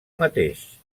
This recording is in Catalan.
mateix